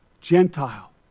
Gentile